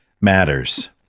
matters